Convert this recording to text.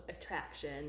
attraction